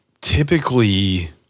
typically